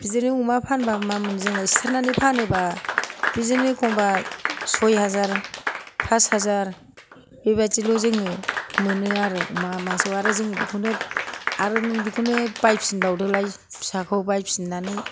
बिदिनो अमा फानोबा मा मोनो जोंलाय सिथारनानै फानोबा बिदिनो एखमबा सयहाजार फासहाजार बेबायदिल' जोङो मोनो आरो अमा मासेआव आरो जोङो बेखौनो आरो नों बेखौनो बायफिन बावदोलाय फिसाखौ बायफिननानै